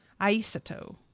Aisato